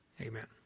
Amen